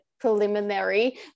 preliminary